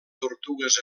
tortugues